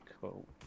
Cool